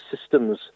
systems